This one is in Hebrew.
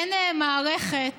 אין מערכת